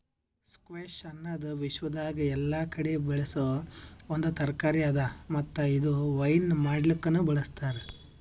squash ಅನದ್ ವಿಶ್ವದಾಗ್ ಎಲ್ಲಾ ಕಡಿ ಬೆಳಸೋ ಒಂದ್ ತರಕಾರಿ ಅದಾ ಮತ್ತ ಇದು ವೈನ್ ಮಾಡ್ಲುಕನು ಬಳ್ಸತಾರ್